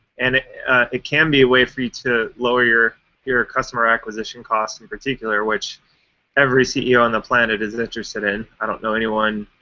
and it can be a way for you to lower your your customer acquisition costs in particular, which every ceo on the planet is interested in. i don't know anyone,